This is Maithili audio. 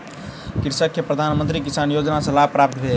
कृषक के प्रधान मंत्री किसान योजना सॅ लाभ प्राप्त भेल